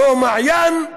לא מעיין,